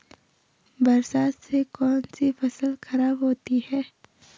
बरसात से कौन सी फसल खराब होती है?